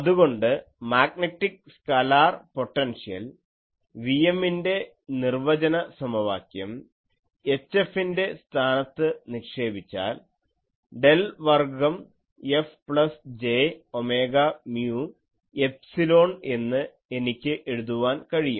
അതുകൊണ്ട് magnetic scalar potential Vm ൻ്റെ നിർവചന സമവാക്യം HF ൻ്റെ സ്ഥാനത്ത് നിക്ഷേപിച്ചാൽ ഡെൽ വർഗ്ഗം F plus j omega mu epsilon എന്ന് എനിക്ക് എഴുതുവാൻ കഴിയും